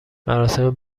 مراسم